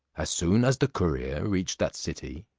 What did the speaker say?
as soon as the courier reached that city,